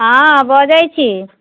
हँ बजैत छी